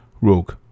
Rogue